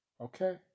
Okay